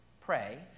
pray